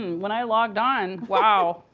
when i logged on, wow.